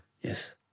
Yes